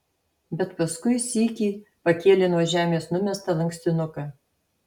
bet paskui sykį pakėlė nuo žemės numestą lankstinuką